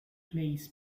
plays